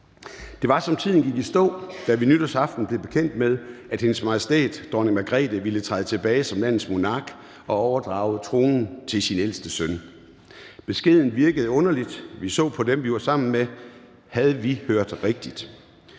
Det var, som om tiden gik i stå, da vi nytårsaften blev bekendt med, at Hendes Majestæt Dronning Margrethe ville træde tilbage som landets monark og overdrage tronen til sin ældste søn. Beskeden virkede uvirkelig. Vi så på dem, vi var sammen med. Havde vi hørt rigtigt?